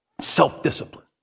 Self-discipline